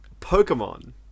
Pokemon